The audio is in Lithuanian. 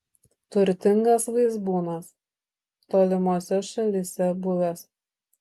turtingas vaizbūnas tolimose šalyse buvęs